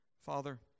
Father